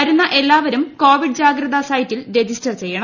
വരുന്ന എല്ലാവരും കോവിഡ് ജാഗ്രതാ സൈറ്റിൽ രജിസ്റ്റർ ചെയ്യണം